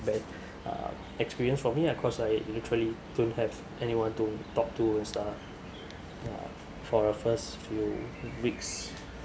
bad uh experience for me ah cause I literally don't have anyone to talk to and stuff ya for a first few weeks